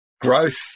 growth